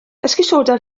esgusoda